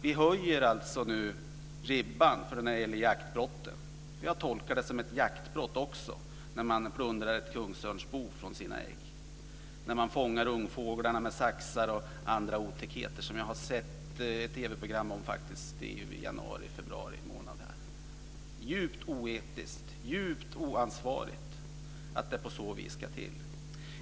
Vi höjer nu ribban när det gäller jaktbrott. Jag tolkar det som ett jaktbrott när man plundrar ett kungsörnsbo från dess ägg och när man fångar ungfåglar med saxar och andra otäckheter. Jag har sett ett TV program om det i januari februari månad. Det är djupt oetiskt och djupt oansvarigt att det sker på så vis.